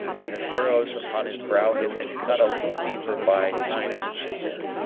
and the furrows upon his brow had been cut a little deeper by time's chisel,